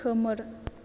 खोमोर